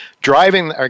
driving